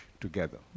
together